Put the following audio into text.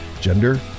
gender